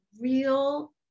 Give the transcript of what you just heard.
real